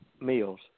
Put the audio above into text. meals